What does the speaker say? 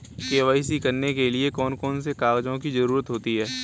KYC करने के लिए कौन कौन से कागजों की जरूरत होती है?